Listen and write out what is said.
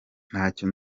ntacyo